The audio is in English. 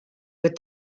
with